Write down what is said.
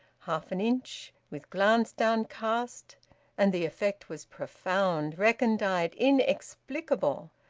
half an inch, with glance downcast and the effect was profound, recondite, inexplicable.